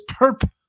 perp